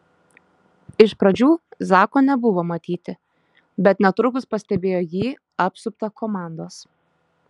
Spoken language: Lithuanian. iš pradžių zako nebuvo matyti bet netrukus pastebėjo jį apsuptą komandos